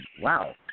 Wow